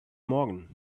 morgan